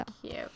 Cute